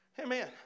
Amen